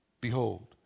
Behold